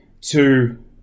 two